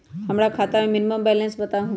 हमरा खाता में मिनिमम बैलेंस बताहु?